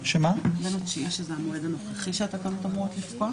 טרם הוקמה הוועדה המתאימה.